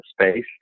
space